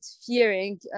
fearing